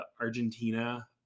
Argentina